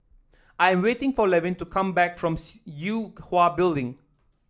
I'm waiting for Levin to come back from Yue Hwa Building